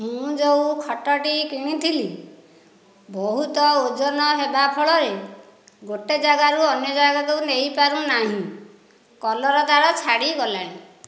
ମୁଁ ଯେଉଁ ଖଟଟି କିଣିଥିଲି ବହୁତ ଓଜନ ହେବା ଫଳରେ ଗୋଟିଏ ଜାଗାରୁ ଅନ୍ୟ ଜାଗାକୁ ନେଇ ପାରୁନାହିଁ କଲର ତାର ଛାଡ଼ିଗଲାଣି